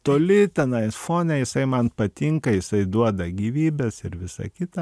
toli tenai fone jisai man patinka jisai duoda gyvybės ir visa kita